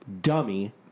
Dummy